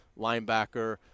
linebacker